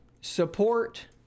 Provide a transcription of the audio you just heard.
support